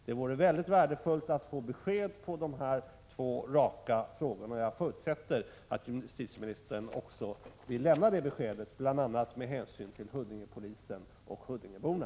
Det vore mycket värdefullt att få besked på dessa två raka frågor. Jag förutsätter att justitieministern också vill lämna detta besked, bl.a. med hänsyn till Huddingepolisen och huddingeborna.